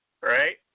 Right